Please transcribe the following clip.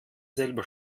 selbst